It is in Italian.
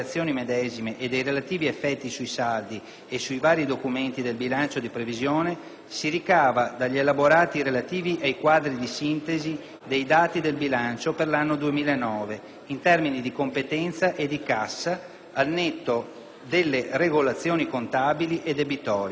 si ricava dagli elaborati relativi ai quadri di sintesi dei dati del bilancio per l'anno 2009 in termini di competenza e di cassa al netto delle regolazioni contabile e debitorie (allegati nn. 1 e 2).